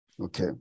okay